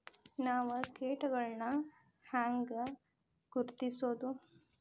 ನಾವ್ ಕೇಟಗೊಳ್ನ ಹ್ಯಾಂಗ್ ಗುರುತಿಸೋದು?